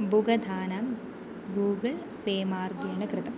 बुगधानं Google pay मार्गेण कृतं